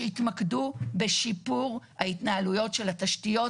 שיתמקדו בשיפור ההתנהלויות של התשתיות